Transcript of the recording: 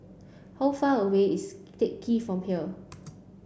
how far away is Teck Ghee from here